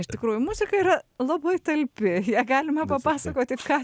iš tikrųjų muzika yra labai talpi ją galima papasakoti ką